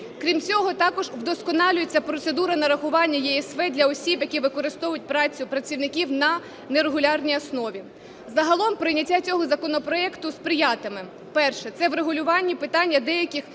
Крім цього, також вдосконалюється процедура нарахування ЄСВ для осіб, які використовують працю працівників на нерегулярній основі. Загалом прийняття цього законопроекту сприятиме, перше, це врегулювання питання деяких